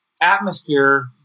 atmosphere